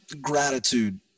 gratitude